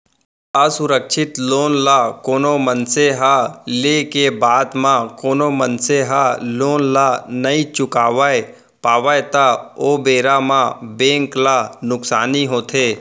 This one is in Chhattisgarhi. असुरक्छित लोन ल कोनो मनसे ह लेय के बाद म कोनो मनसे ह लोन ल नइ चुकावय पावय त ओ बेरा म बेंक ल नुकसानी होथे